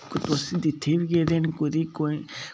कि तुस जित्थै बी गेदे न कुतै कोई